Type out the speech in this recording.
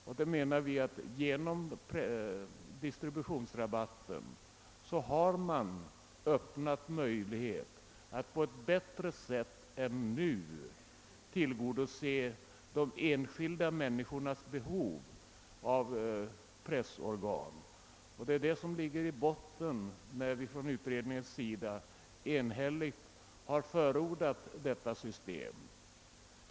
Vi menar att man genom distributionsrabatten har öppnat möjlighet att på ett bättre sätt än nu är möjligt tillgodose de enskilda människornas behov av pressorgan. Det är vad som ligger i botten, när vi från utredningens sida enhälligt har förordat detta system.